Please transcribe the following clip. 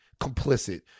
complicit